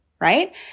right